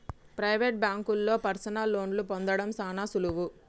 private బాంకుల్లో personal లోన్లు పొందడం సాన సులువు